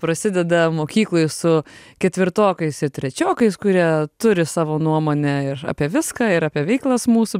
prasideda mokykloj su ketvirtokais ir trečiokais kurie turi savo nuomonę apie viską ir apie veiklas mūsų